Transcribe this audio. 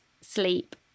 sleep